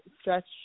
stretch